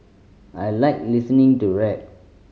I like listening to rap